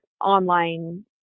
online